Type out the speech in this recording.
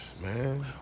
man